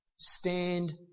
Stand